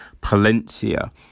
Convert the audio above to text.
Palencia